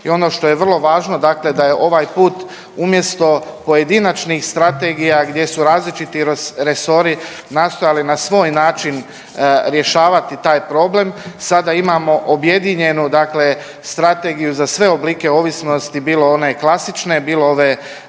i ono što je vrlo važno dakle da je ovaj put umjesto pojedinačnih strategija gdje su različiti resori nastojali na svoj način rješavati taj problem sada imamo objedinjenu dakle strategiju za sve oblike ovisnosti bilo one klasične, bilo ove